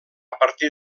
partir